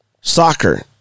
soccer